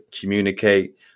communicate